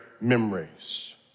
memories